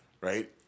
right